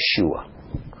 Yeshua